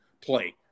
play